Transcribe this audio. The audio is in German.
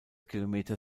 kilometer